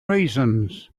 reasons